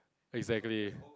exactly